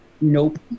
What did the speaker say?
Nope